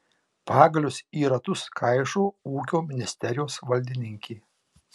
pagalius į ratus kaišo ūkio ministerijos valdininkė